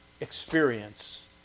experience